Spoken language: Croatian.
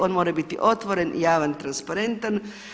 On mora biti otvoren, javan i transparentan.